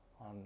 on